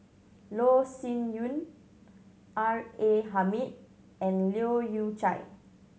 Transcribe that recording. Loh Sin Yun R A Hamid and Leu Yew Chye